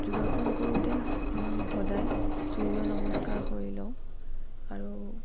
যোগাসন কৰোঁতে সদায় সূৰ্য নমস্কাৰ কৰি লওঁ আৰু